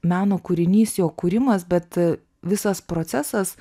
meno kūrinys jo kūrimas bet visas procesas